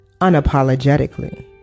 unapologetically